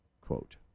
Quote